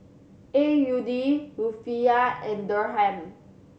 A U D Rufiyaa and Dirham